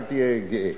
אל תהיה גאה.